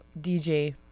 DJ